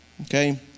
okay